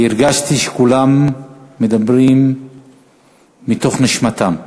כי הרגשתי שכולם מדברים מתוך נשמתם.